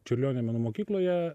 čiurlionio menų mokykloje